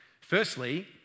Firstly